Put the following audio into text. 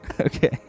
Okay